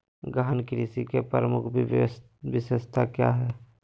गहन कृषि की प्रमुख विशेषताएं क्या है?